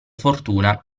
fortuna